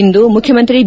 ಇಂದು ಮುಖ್ಯಮಂತ್ರಿ ಬಿ